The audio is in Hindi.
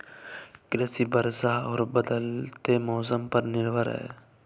कृषि वर्षा और बदलते मौसम पर निर्भर है